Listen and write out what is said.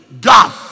God